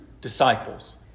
disciples